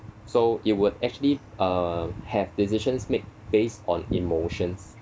so it would actually uh have decisions made based on emotions